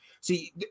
See